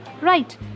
right